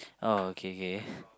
oh K K